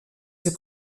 ses